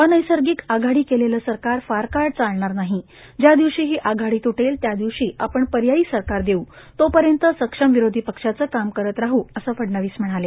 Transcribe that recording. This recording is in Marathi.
अनैसर्गिक आघाडी केलेलं सरकार फार काळ चालणार नाही ज्या दिवशी ही आघाडी तुटेल त्या दिवशी आपण पर्यायी सरकार देऊ तो पर्यंत सक्षम विरोधी पक्षाचं काम करत राह असं फडणवीस म्हणाले